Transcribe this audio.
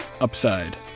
Upside